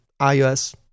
iOS